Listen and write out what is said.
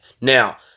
Now